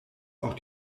auch